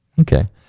Okay